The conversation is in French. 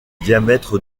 diamètre